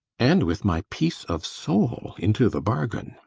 and with my peace of soul into the bargain.